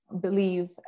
believe